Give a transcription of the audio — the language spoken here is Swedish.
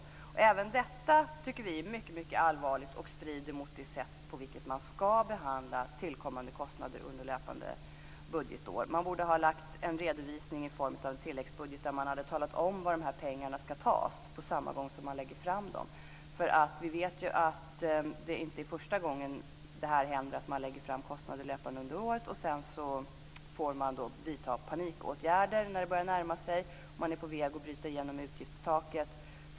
Även detta, tycker vi, är allvarligt och strider mot det sätt på vilket man ska behandla tillkommande kostnader under löpande budgetår. Man borde ha lagt fram en redovisning i form av en tilläggsbudget där man hade talat om var pengarna ska tas från på samma gång som de läggs fram. Vi vet att det inte är första gången som kostnader löpande under året läggs fram, sedan får panikåtgärder vidtas när man är på väg att bryta igenom utgiftstaket.